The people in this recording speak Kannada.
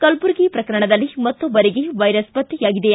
ಕಲಬುರಗಿ ಪ್ರಕರಣದಲ್ಲಿ ಮತ್ತೊಬ್ಬರಿಗೆ ವೈರಸ್ ಪತ್ತೆಯಾಗಿದೆ